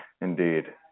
Indeed